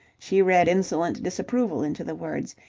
she read insolent disapproval into the words.